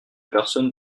personne